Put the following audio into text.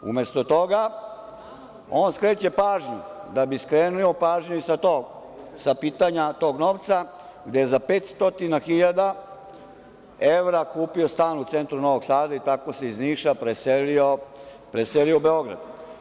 Umesto toga, on skreće pažnju, da bi skrenuo pažnju i sa pitanja tog novca, gde je za 500 hiljada evra kupio stan u centru Novog Sada i tako se iz Niša preselio u Beograd.